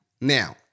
Now